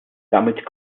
damit